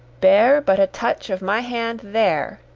bear but a touch of my hand there,